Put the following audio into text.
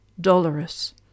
dolorous